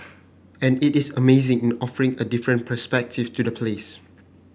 and it is amazing in offering a different perspective to the place